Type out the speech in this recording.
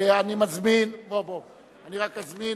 אני קובע שהצעת החוק,